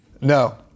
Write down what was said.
No